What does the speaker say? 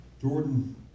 Jordan